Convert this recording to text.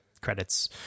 credits